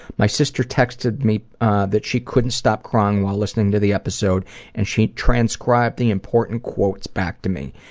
my sister texted me that she couldn't stop crying while listening to the episode and she transcribed the important quotes back to me.